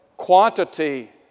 quantity